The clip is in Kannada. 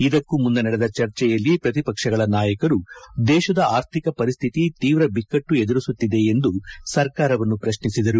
ಇದಕ್ಕೂ ಮುನ್ನ ನಡೆದ ಚರ್ಚೆಯಲ್ಲಿ ಪ್ರತಿಪಕ್ಷಗಳ ನಾಯಕರು ದೇಶದ ಆರ್ಥಿಕ ಪರಿಸ್ದಿತಿ ತೀವ್ರ ಬಿಕ್ಕಟ್ಟು ಎದುರಿಸುತ್ತಿದೆ ಎಂದು ಸರ್ಕಾರವನ್ನು ಪ್ರಶ್ನಿಸಿದರು